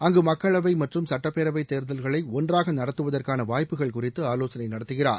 அங்கு மக்களவை மற்றும் சட்டப்பேரவைத் தேர்தல்களை ஒன்றாக நடத்துவதற்கான வாய்ப்புகள் குறித்து ஆலோசனை நடத்துகிறார்